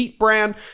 brand